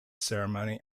ceremony